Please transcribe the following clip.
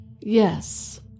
Yes